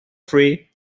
free